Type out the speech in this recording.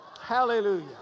hallelujah